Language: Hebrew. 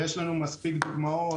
ויש לנו מספיק דוגמאות,